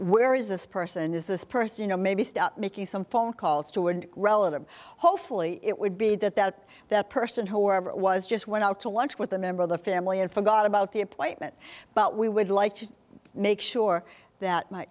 where is this person is this person you know maybe making some phone calls to an relative hopefully it would be that that that person whoever it was just went out to lunch with a member of the family and forgot about the appointment but we would like to make sure that